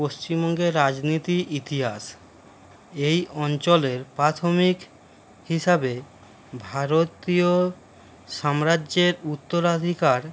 পশ্চিমবঙ্গের রাজনীতি ইতিহাস এই অঞ্চলের প্রাথমিক হিসাবে ভারতীয় সাম্রাজ্যের উত্তরাধিকার